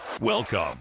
welcome